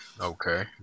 Okay